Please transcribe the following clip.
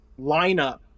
lineup